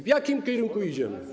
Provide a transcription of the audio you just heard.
W jakim kierunku idziemy?